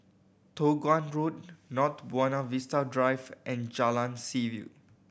Toh Guan Road North Buona Vista Drive and Jalan Seaview